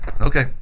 Okay